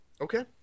okay